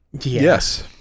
Yes